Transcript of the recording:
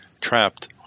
trapped